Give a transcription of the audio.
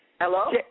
Hello